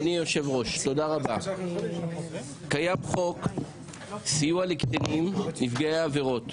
קיים חוק סיוע לקטינים נפגעי עבירות.